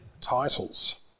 titles